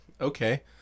Okay